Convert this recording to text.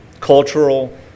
Cultural